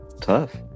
Tough